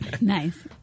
Nice